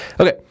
Okay